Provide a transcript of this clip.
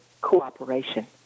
cooperation